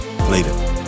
later